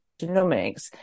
genomics